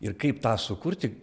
ir kaip tą sukurti